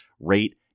rate